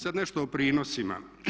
Sad nešto o prinosima.